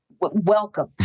welcome